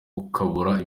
ukabura